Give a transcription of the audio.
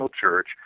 Church